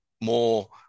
more